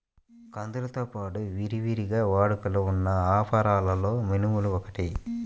కందులతో పాడు విరివిగా వాడుకలో ఉన్న అపరాలలో మినుములు ఒకటి